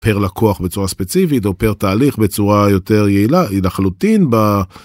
‫פר לקוח בצורה ספציפית ‫או פר תהליך בצורה יותר יעילה היא לחלוטין ב...